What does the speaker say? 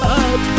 up